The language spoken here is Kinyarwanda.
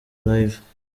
live